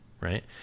right